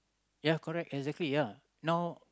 ya correct exactly ya now